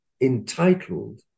entitled